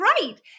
right